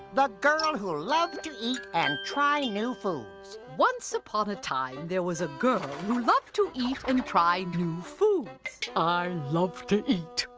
the girl who loved to eat and try new foods. once upon a time, there was a girl who loved to eat and try new foods. i um love to eat.